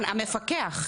המפקח,